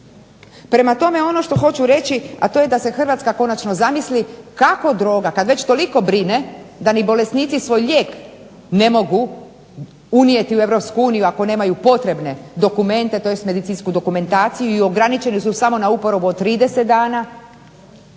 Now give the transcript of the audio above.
Prema tome, ono što hoću reći a to je da se Hrvatska konačno zamisli kako droga kad već toliko brine da ni bolesnici svoj lijek ne mogu unijeti u Europsku uniju ako nemaju potrebne dokumente tj. medicinsku dokumentaciju i ograničenu su samo na uporabu od 30 dana,